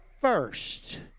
first